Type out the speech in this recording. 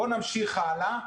בואו נמשיך הלאה.